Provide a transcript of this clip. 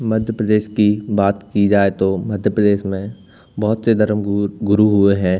मध्य प्रदेश की बात की जाए तो मध्य प्रदेश में बहुत से धर्म गूर गुरू हुए हैं